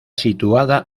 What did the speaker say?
situada